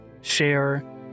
share